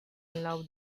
love